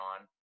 on